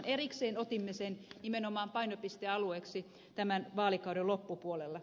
erikseen otimme sen nimenomaan painopistealueeksi tämän vaalikauden loppupuolella